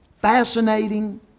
fascinating